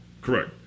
Correct